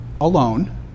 alone